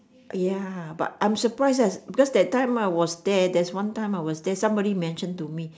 ya but I'm surprised eh because that time I was there there's one time I was there somebody mentioned to me